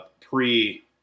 pre